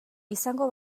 izango